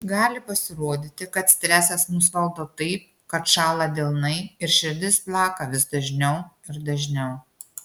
gali pasirodyti kad stresas mus valdo taip kad šąla delnai ir širdis plaka vis dažniau ir dažniau